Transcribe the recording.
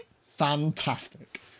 fantastic